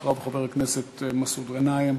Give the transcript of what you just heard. אחריו, חבר הכנסת מסעוד גנאים.